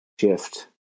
shift